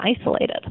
isolated